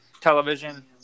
television